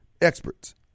experts